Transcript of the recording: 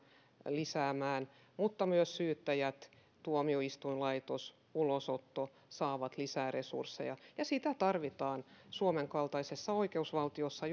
lisäämään mutta myös syyttäjät tuomioistuinlaitos ja ulosotto saavat lisää resursseja ja sitä tarvitaan suomen kaltaisessa oikeusvaltiossa